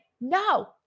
No